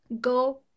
go